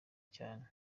cyane